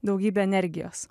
daugybė energijos